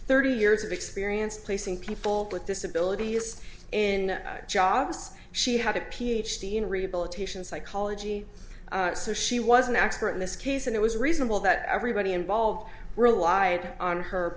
thirty years of experience placing people with disabilities in jobs she had a ph d in rehabilitation psychology so she was an expert in this case and it was reasonable that everybody involved relied on her